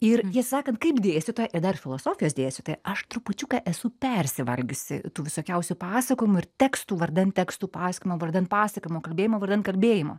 ir tiesą sakant kaip dėstytoja ir dar filosofijos dėstytoja aš trupučiuką esu persivalgiusi tų visokiausių pasakojimų ir tekstų vardan tekstų pasakojimo vardan pasakojimo kalbėjimo vardan kalbėjimo